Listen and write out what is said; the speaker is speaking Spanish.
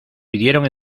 pidieron